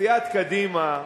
סיעת קדימה,